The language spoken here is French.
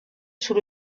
sous